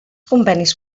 convenis